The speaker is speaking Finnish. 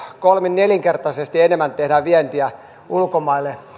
kolmin nelinkertaisesti enemmän tehdään vientiä ulkomaille